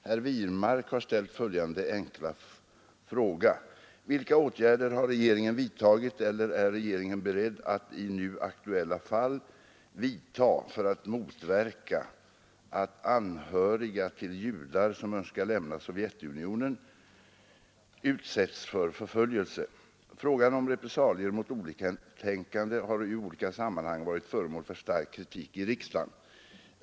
Herr talman! Herr Wirmark har ställt följande enkla fråga: Repressalier mot oliktänkande har i olika sammanhang varit föremål för stark kritik i riksdagen.